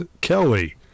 Kelly